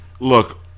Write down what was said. look